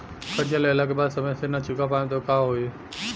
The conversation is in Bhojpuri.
कर्जा लेला के बाद समय से ना चुका पाएम त का होई?